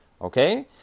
okay